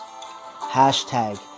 Hashtag